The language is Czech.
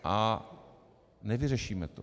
A nevyřešíme to.